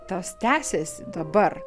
tas tęsiasi dabar